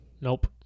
Nope